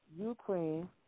Ukraine